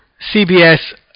CBS